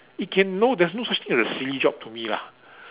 it can no there's no such thing as a silly job to me lah